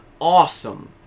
awesome